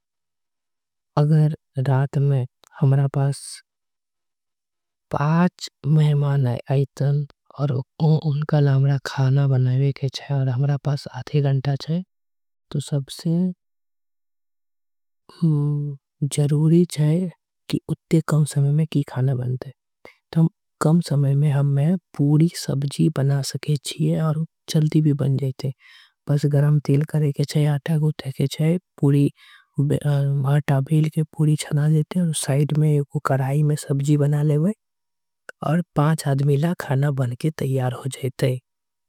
अगर रात में हमरा पास पाँच महमान आये। आईतन और उनका लामडा खाना बनवे के। चाई और हमरा पास आथे गंटा चाई तो सबसे। जरूरी चाई की उत्ते कम समय में की खाना बनते हैं तो कम। समय में हमें पूरी सबजी बना सके चीए और चल्दी भी बन जेते हैं। बस गरम तेल करे के चाई आटा गुद्धे के चाई पूरी भाटा भील। के पूरी चना जेते हैं और साइड में एक कराई में सबजी बना। ले वैं और पाँच आदमीला खाना बन के तइयार हो जेते हैं।